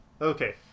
Okay